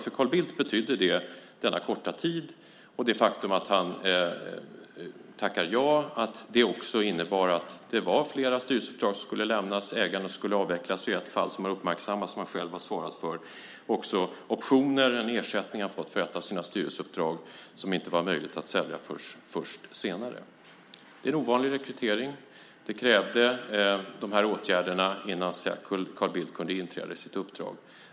För Carl Bildt betydde denna korta tid och det faktum att han tackade ja att det var flera styrelseuppdrag som skulle lämnas och ägande som skulle avvecklas. I ett fall som har uppmärksammats och som han själv har svarat för gällde det också optioner - ersättning han hade fått för ett av sina styrelseuppdrag - som inte var möjliga att sälja förrän först senare. Detta är en ovanlig rekrytering. De här åtgärderna krävdes innan Carl Bildt kunde inträda i sitt uppdrag.